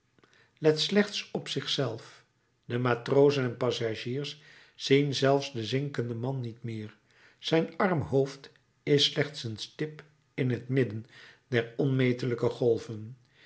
let slechts op zich zelf de matrozen en passagiers zien zelfs den zinkenden man niet meer zijn arm hoofd is slechts een stip in t midden der onmetelijke golven